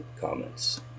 comments